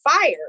fire